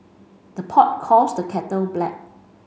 the pot calls the kettle black